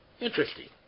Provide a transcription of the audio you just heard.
interesting